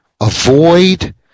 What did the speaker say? avoid